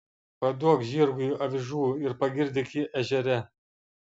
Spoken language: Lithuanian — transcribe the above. paduok žirgui avižų ir pagirdyk jį ežere